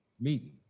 meeting